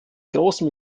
großem